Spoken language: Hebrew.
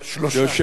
ויושב-ראש,